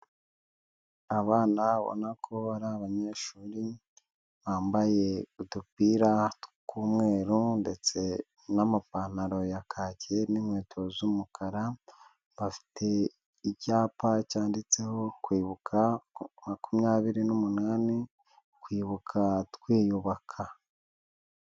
Abana ubona ko ari abanyeshuri, bambaye udupira tw'umweru ndetse n'amapantaro ya kacyi n'inkweto z'umukara, bafite icyapa cyanditseho kwibuka makumyabiri n'umunani, kwibuka twiyubaka.